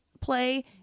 play